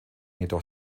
jedoch